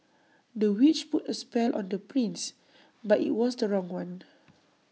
the witch put A spell on the prince but IT was the wrong one